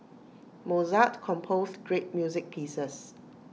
Mozart composed great music pieces